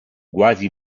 quasi